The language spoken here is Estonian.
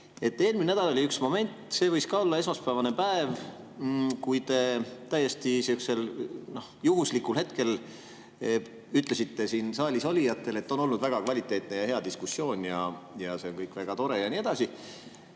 Eelmisel nädalal oli üks moment, see võis ka olla esmaspäevane päev, kui te täiesti suvalisel hetkel ütlesite siin saalis olijatele, et on olnud väga kvaliteetne ja hea diskussioon ja see on kõik väga tore ja nii edasi.